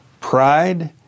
pride